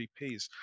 GPs